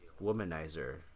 Womanizer